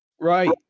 Right